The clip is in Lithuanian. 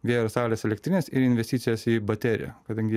vėjo ir saulės elektrines ir investicijas į bateriją kadangi